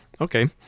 Okay